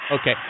Okay